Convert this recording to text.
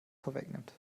vorwegnimmt